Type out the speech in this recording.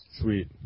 Sweet